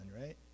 right